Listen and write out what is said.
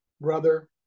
brother